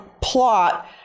plot